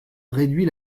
réduit